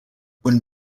when